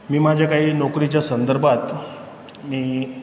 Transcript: मी माझ्या काही नोकरीच्या संदर्भात मी